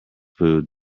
food